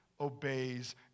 obeys